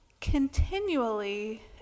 continually